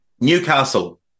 Newcastle